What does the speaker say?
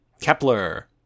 Kepler